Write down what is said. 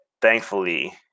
thankfully